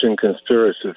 conspiracy